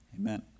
Amen